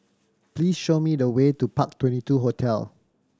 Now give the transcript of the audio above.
please show me the way to Park Twenty two Hotel